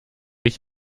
ich